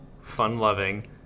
fun-loving